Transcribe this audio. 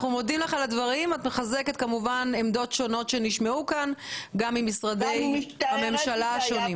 את מחזקת עמדות שונות שנשמעו כאן גם ממשרדי הממשלה השונים.